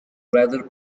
rather